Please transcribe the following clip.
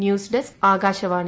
news desk Akashvani